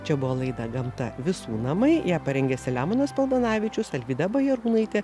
čia buvo laida gamta visų namai ją parengė selemonas paltanavičius alvyda bajarūnaitė